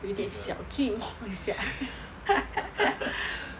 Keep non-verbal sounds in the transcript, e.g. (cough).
有点小寂寞 is it (laughs)